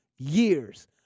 Years